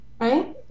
right